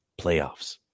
playoffs